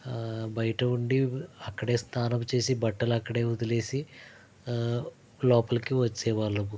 బయట ఉండి అక్కడే స్నానం చేసి బట్టలు అక్కడే వదిలేసి లోపలికి వచ్చేవాళ్ళం